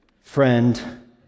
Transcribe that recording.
friend